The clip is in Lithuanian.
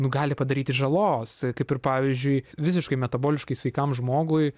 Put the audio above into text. nu gali padaryti žalos kaip ir pavyzdžiui visiškai metaboliškai sveikam žmogui